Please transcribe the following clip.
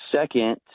Second